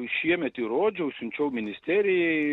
šiemet įrodžiau siunčiau ministerijai